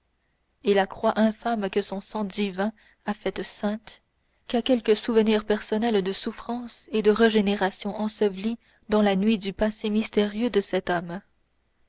et la croix infâme que son sang divin a faite sainte qu'à quelque souvenir personnel de souffrance et de régénération enseveli dans la nuit du passé mystérieux de cet homme